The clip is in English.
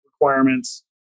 requirements